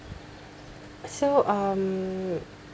so um